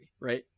right